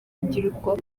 urubyiruko